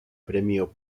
premio